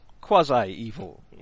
quasi-evil